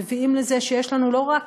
מביאים לזה שיש לנו לא רק